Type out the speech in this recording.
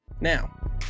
now